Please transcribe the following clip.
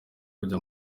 kujya